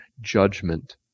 judgment